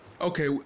Okay